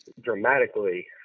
dramatically